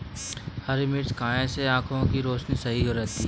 हरी मिर्च खाने से आँखों की रोशनी सही रहती है